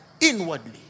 Inwardly